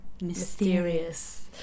Mysterious